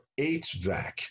HVAC